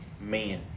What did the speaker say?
men